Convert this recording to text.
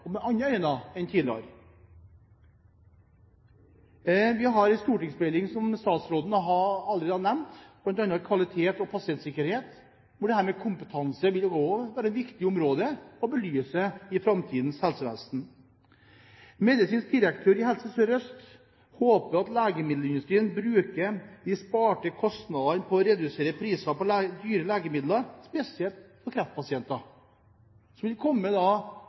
og med andre øyne enn tidligere. Vi har en stortingsmelding som statsråden allerede har nevnt, om bl.a. kvalitet og pasientsikkerhet, hvor dette med kompetanse også vil være et viktig område å belyse i framtidens helsevesen. Medisinsk direktør i Helse Sør-Øst håper at legemiddelindustrien bruker de sparte kostnadene til å redusere priser på dyre legemidler, spesielt for kreftpasienter, som vil komme